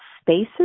spaces